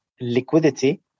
liquidity